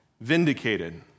vindicated